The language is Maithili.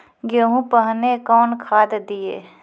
गेहूँ पहने कौन खाद दिए?